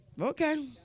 Okay